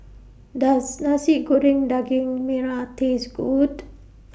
Does Nasi Goreng Daging Merah Taste Good